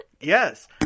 Yes